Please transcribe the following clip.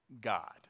God